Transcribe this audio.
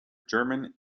german